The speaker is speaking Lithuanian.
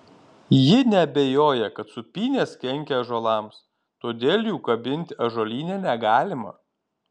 ji neabejoja kad sūpynės kenkia ąžuolams todėl jų kabinti ąžuolyne negalima